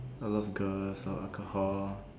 a lot of girls lor alcohol